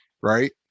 Right